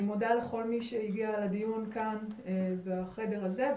אני מודה לכל מי שהגיע לדיון כאן בחדר הזה,